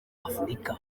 afurika